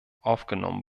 aufgenommen